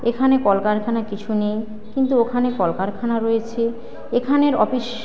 এখানে কল কারখানা কিছু নেই কিন্তু ওখানে কল কারখানা রয়েছে এখানের অফিস